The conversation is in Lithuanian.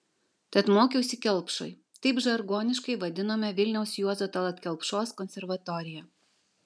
tad mokiausi kelpšoj taip žargoniškai vadinome vilniaus juozo tallat kelpšos konservatoriją